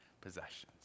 possessions